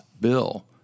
bill